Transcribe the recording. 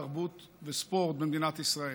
התרבות והספורט במדינת ישראל,